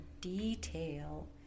detail